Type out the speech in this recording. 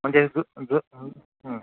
म्हणजे जु जु